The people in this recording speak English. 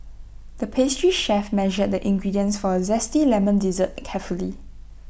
the pastry chef measured the ingredients for A Zesty Lemon Dessert carefully